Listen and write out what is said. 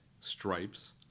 stripes